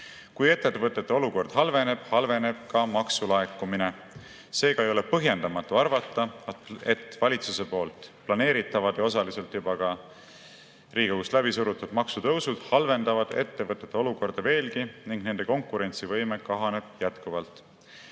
Kui ettevõtete olukord halveneb, halveneb ka maksulaekumine. Seega ei ole põhjendamatu arvata, et valitsuse planeeritavad ja osaliselt juba Riigikogus läbi surutud maksutõusud halvendavad ettevõtete olukorda veelgi ning nende konkurentsivõime kahaneb jätkuvalt.